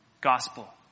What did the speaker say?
gospel